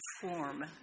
form